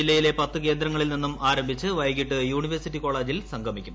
ജില്ലയിലെ പത്ത് കേന്ദ്രങ്ങളിൽ നിന്നും ആരംഭിച്ച് വൈകീട്ട് യൂണിവേഴ്സിറ്റി കോളേജിൽ സംഗമിക്കും